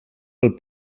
pel